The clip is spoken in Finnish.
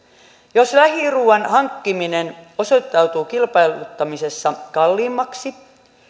jos lähiruuan hankkiminen osoittautuu kilpailuttamisessa kalliimmaksi